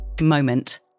moment